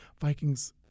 Vikings